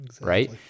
right